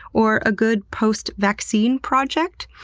or a good post-vaccine project?